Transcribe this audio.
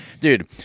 Dude